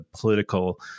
political